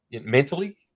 mentally